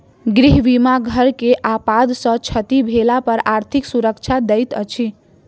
गृह बीमा घर के आपदा सॅ क्षति भेला पर आर्थिक सुरक्षा दैत अछि